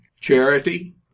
charity